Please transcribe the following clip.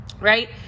right